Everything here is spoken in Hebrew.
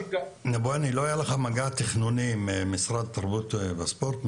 לא היה לך מגע תכנוני עם משרד התרבות והספורט?